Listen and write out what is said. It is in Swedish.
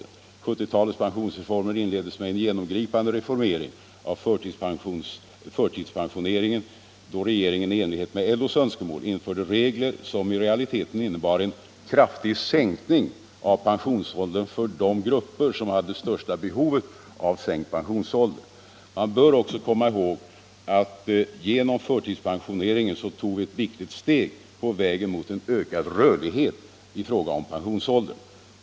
1970-talets pensionsreformer inleddes med en genomgripande reformering av förtidspensioneringen, då regeringen i enlighet med LO:s önskemål införde regler som i realiteten innebar en kraftig sänkning av pensionsåldern för de grupper som hade störst behov av en sänkt pensionsålder. Man bör också komma ihåg att vi genom förtidspensioneringen också tog ett viktigt steg på vägen mot en ökad rörlighet i fråga om pensionsåldern.